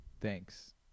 Thanks